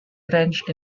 french